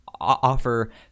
offer